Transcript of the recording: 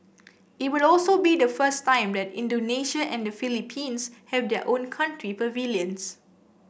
it will also be the first time that Indonesia and the Philippines have their own country pavilions